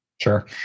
Sure